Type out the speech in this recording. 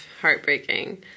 heartbreaking